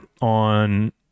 on